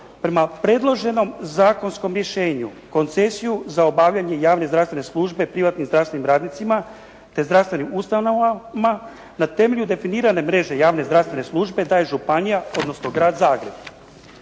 prema predloženom zakonskom rješenju koncesiju za obavljanje javne zdravstvene službe privatnim zdravstvenim radnicima te zdravstvenim ustanovama na temelju definirane mreže javne zdravstvene službe daje županija, odnosno Grad Zagreb.